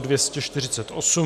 248.